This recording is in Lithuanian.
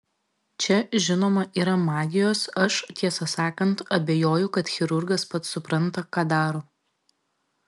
čia žinoma yra magijos aš tiesą sakant abejoju kad chirurgas pats supranta ką daro